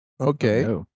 Okay